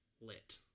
lit